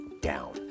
down